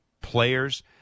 players